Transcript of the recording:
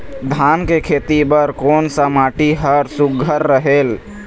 धान के खेती बर कोन सा माटी हर सुघ्घर रहेल?